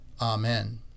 Amen